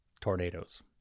tornadoes